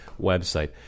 website